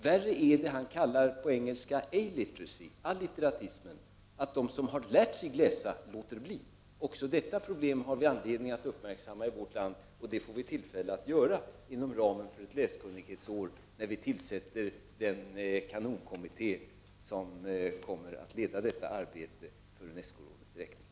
Värre är det som han kallar ”aliteracy”, alitteratismen, dvs. när den som har lärt sig att läsa låter bli att läsa. Också detta problem finns det anledning att uppmärksamma i vårt land, och det blir tillfälle att göra det inom ramen för ett läskunnighetsår, när den kanonkommitté tillsätts som kommer att leda detta arbete för Unescorådets räkning.